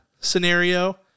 scenario